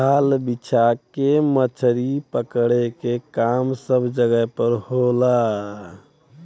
जाल बिछा के मछरी पकड़े क काम सब जगह पर होला